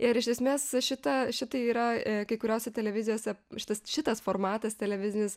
ir iš esmės šita šitai yra kai kuriose televizijose šitas šitas formatas televizinis